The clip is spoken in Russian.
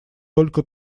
только